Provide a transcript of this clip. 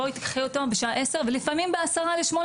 'בואי תיקחי אותו בשעה עשר' ולפעמים בעשרה לשמונה